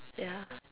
yeah